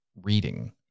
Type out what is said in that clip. reading